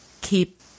keep